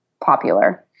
popular